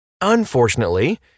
Unfortunately